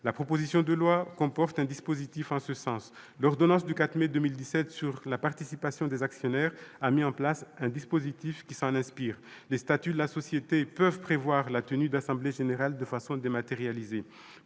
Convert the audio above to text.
La proposition de loi comporte un dispositif en ce sens. L'ordonnance du 4 mai 2017 sur la participation des actionnaires a mis en place un dispositif qui s'en inspire : les statuts de la société peuvent prévoir la tenue de l'assemblée générale de façon dématérialisée,